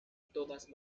todas